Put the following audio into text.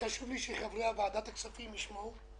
חשוב לי שחברי ועדת הכספים ישמעו.